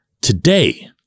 today